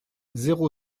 zéro